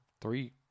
three